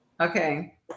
Okay